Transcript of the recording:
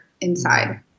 inside